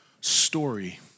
story